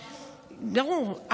ברור.